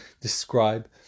describe